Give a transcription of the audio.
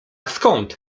skąd